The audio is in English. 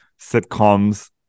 sitcoms